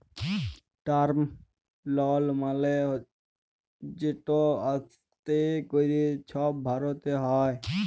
term লল মালে যেট আস্তে ক্যরে ছব ভরতে হ্যয়